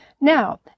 Now